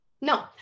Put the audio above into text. No